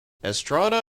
estrada